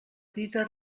dita